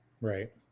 Right